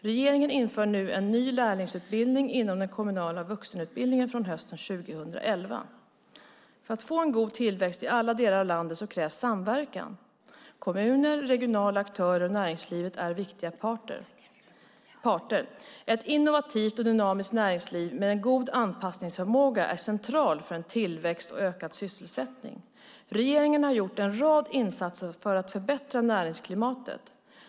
Regeringen inför en ny lärlingsutbildning inom den kommunala vuxenutbildningen från hösten 2011. För att få en god tillväxt i alla delar av landet krävs samverkan. Kommuner, regionala aktörer och näringslivet är viktiga parter. Ett innovativt och dynamiskt näringsliv med en god anpassningsförmåga är centralt för en tillväxt och ökad sysselsättning. Regeringen har gjort en rad insatser för att förbättra näringslivsklimatet.